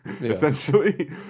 Essentially